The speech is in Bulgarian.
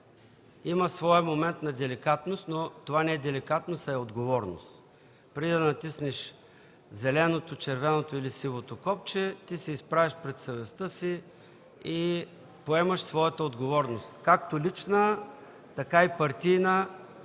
има своя момент на деликатност, но това не е деликатност, а отговорност. Преди да натиснеш зеления, червения или сивия бутон, ти се изправяш пред съвестта си и поемаш своята отговорност – както лична, така и партийна,